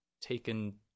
taken